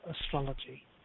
astrology